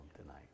tonight